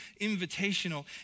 invitational